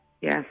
Yes